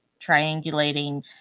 triangulating